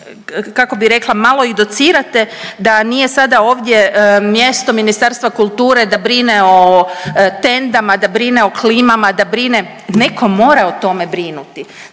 kako bi rekla malo i docirate da nije sada ovdje mjesto Ministarstva kulture da brine o tendama, da brine o klimama, da brine, netko mora o tome brinuti.